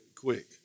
quick